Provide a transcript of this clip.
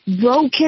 Broken